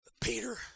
Peter